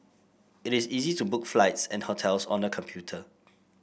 it is easy to book flights and hotels on the computer